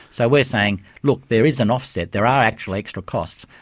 so we're saying, look, there is an offset, there are actual extra costs,